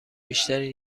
بیشتری